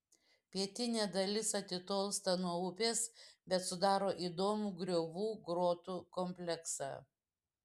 pietinė dalis atitolsta nuo upės bet sudaro įdomų griovų grotų kompleksą